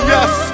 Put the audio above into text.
Yes